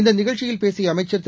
இந்த நிகழ்ச்சியில் பேசிய அமைச்சர் திரு